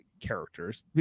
characters